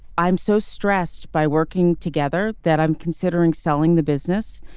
i'm so stressed by working together that i'm considering selling the business.